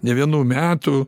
ne vienų metų